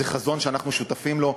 זה חזון שאנחנו שותפים לו,